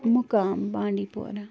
مُقام بانٛڈی پوٗرا